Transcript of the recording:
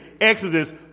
exodus